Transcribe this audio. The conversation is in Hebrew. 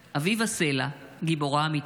אביבה סלע, גיבורה אמיתית.